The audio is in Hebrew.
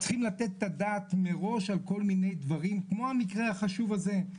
צריכים לתת את הדעת מראש על כל מיני דברים כמו המקרה החשוב הזה,